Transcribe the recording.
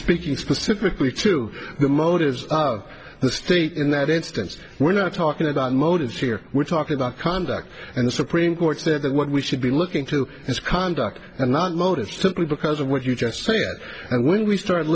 speaking specifically to the motives of the state in that instance we're not talking about motives here we're talking about conduct and the supreme court said that what we should be looking to is conduct and not motive simply because of what you just say it and when we start